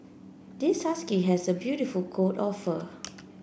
this husky has a beautiful coat of fur